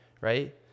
Right